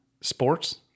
Sports